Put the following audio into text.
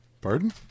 Pardon